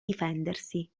difendersi